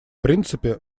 принципе